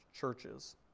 churches